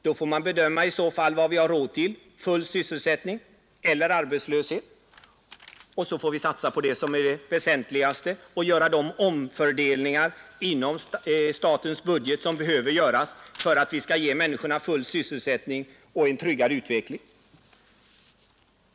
Då får man i så fall bestämma vad vi har råd till — full sysselsättning eller arbetslöshet — och satsa på det som är mest väsentligt och göra de omfördelningar inom statens budget som behövs för att vi skall uppnå full sysselsättning och en tryggad utveckling.